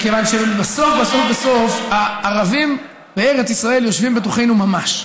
מכיוון שבסוף בסוף בסוף הערבים בארץ ישראל יושבים בתוכנו ממש.